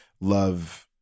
love